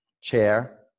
chair